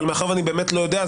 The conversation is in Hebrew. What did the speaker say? אבל מאחר שאני באמת לא יודע,